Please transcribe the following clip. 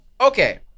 Okay